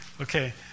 Okay